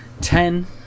ten